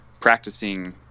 practicing